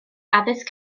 addysg